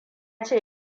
ce